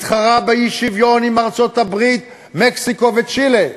מתחרה באי-שוויון עם ארצות-הברית, מקסיקו וצ'ילה.